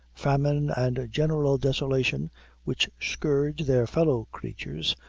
famine, and general desolation which scourge their fellow-creatures,